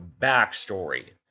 backstory